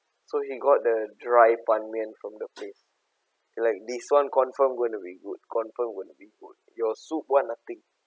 so he got the dry ban mian from the place like this one confirm gonna be good confirm gonna be good your soup [one] nothing